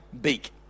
beak